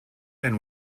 and